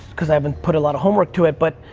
cause i haven't put a lot of homework to it, but,